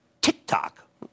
TikTok